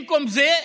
במקום זה,